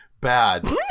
Bad